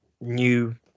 new